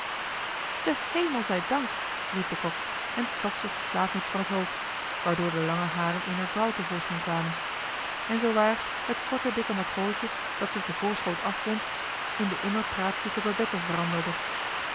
den hemel zij dank riep de kok en trok zich de slaapmuts van t hoofd waardoor de lange haren eener vrouw te voorschijn kwamen en zoowaar het korte dikke matroosje dat zich den voorschoot afbond in de immer praatzieke babette veranderde